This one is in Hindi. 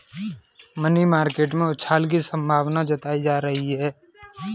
मनी मार्केट में उछाल की संभावना जताई जा रही है